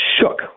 shook